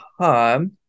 time